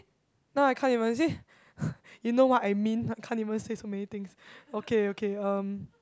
now I can't even you see you know what I mean can't even say so many things okay okay um